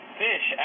fish